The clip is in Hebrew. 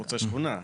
חוצה שכונה?